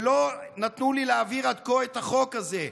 ולא נתנו לי להעביר עד כה את החוק הזה.